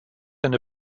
eine